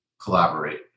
collaborate